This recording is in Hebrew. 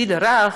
בגיל הרך,